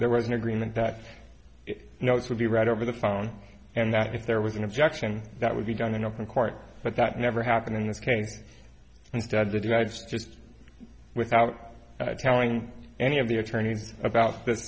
there was an agreement that notes would be read over the phone and that if there was an objection that would be done in open court but that never happened in this case and said to the united states without telling any of the attorneys about th